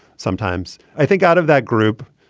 sometimes i think out of that group,